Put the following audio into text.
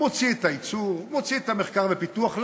מוציא את הייצור, מוציא את המחקר והפיתוח.